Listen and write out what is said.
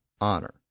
honor